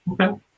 Okay